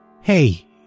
hey